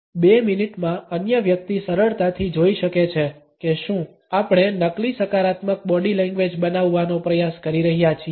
2 મિનિટમાં અન્ય વ્યક્તિ સરળતાથી જોઈ શકે છે કે શું આપણે નકલી સકારાત્મક બોડી લેંગ્વેજ બનાવવાનો પ્રયાસ કરી રહ્યા છીએ